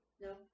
No